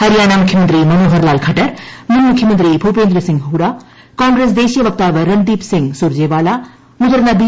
ഹരിയാന മുഖ്യമന്ത്രി മന്ോഹർലാൽ ഖട്ടർ മുൻ മുഖ്യമന്ത്രി ഭൂപേന്തർ സിംഗ് ഹൂഡ കോൺഗ്രസ് ദേശീയ വക്താവ് റൺദീപ് സിംഗ് സൂർജേവാല മുതിർന്ന ബി